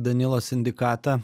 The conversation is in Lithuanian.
danilo sindikatą